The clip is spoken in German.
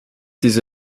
diese